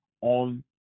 on